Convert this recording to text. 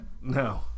No